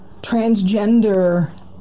transgender